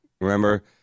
Remember